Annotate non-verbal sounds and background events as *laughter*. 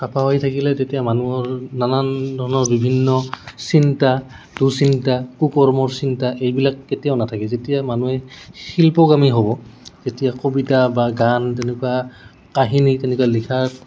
চাফা হৈ থাকিলে তেতিয়া মানুহৰ নানান ধৰণৰ বিভিন্ন চিন্তা *unintelligible* কুকৰ্মৰ চিন্তা এইবিলাক কেতিয়াও নাথাকে যেতিয়া মানুহে *unintelligible* হ'ব যেতিয়া কবিতা বা গান তেনেকুৱা কাহিনী তেনেকুৱা লিখাৰ